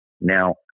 Now